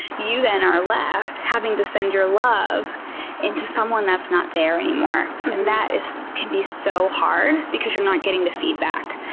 you then are left having to send your love into someone that's not there anymore, and that can be so hard because you're not getting the feedback.